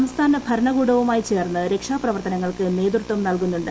സംസ്ഥാന ഭരണകൂടവുമായി ചേർന്ന് രക്ഷാ പ്രവർത്തനങ്ങൾക്ക് നേതൃത്വം നൽകുന്നുണ്ട്